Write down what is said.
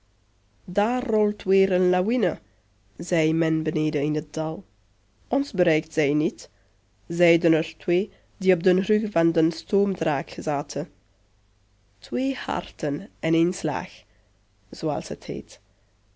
daar rolt weer een lawine zei men beneden in het dal ons bereikt zij niet zeiden er twee die op den rug van den stoomdraak zaten twee harten en één slag zooals het heet